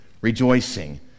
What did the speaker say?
rejoicing